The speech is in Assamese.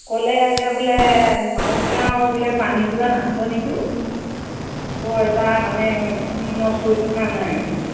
ক'লে যে বোলে মাওকগাঁও বোলে পানী যোগান আঁচনিটো বৰ এটা মানে উন্নত হৈ থকা নাই বোলে